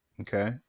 Okay